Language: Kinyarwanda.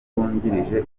wungirije